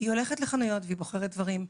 היא הולכת לחנויות והיא בוחרת לה דברים,